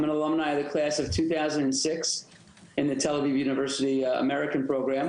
אני בוגר מחזור של 2006 באוניברסיטת תל אביב בתוכנית האמריקאית.